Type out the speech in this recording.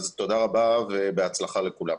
תודה רבה ובהצלחה לכולם.